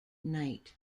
night